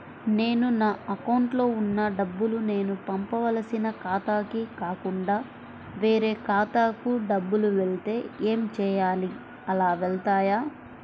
నేను నా అకౌంట్లో వున్న డబ్బులు నేను పంపవలసిన ఖాతాకి కాకుండా వేరే ఖాతాకు డబ్బులు వెళ్తే ఏంచేయాలి? అలా వెళ్తాయా?